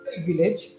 village